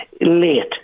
late